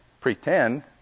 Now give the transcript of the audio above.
pretend